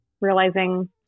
realizing